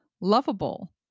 lovable